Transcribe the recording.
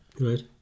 Right